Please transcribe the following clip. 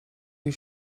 you